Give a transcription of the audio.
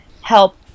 help